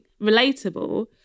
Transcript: relatable